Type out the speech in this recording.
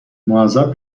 معذب